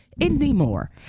anymore